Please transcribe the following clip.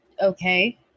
Okay